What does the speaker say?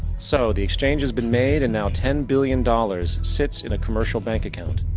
so, the exchange has been made. and now, ten billion dollars sits in a commercial bank account.